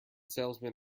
salesman